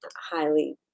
highly